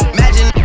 Imagine